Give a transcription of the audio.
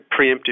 preemptive